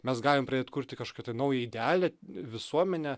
mes galim atkurti kažkokį tai naują idealią visuomenę